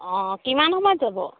অ' কিমান সময়ত যাব